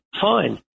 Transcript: fine